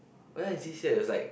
whereas this year it was like